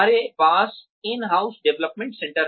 हमारे पास in house development centre हैं